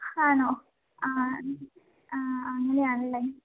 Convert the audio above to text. ആണോ ആ ആ അങ്ങനെയാണല്ലേ